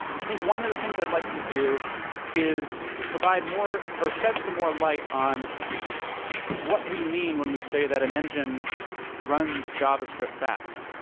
i think one of the things i'd like to do is provide more or shed some more light on what we mean when we say that an engine runs javascript fast.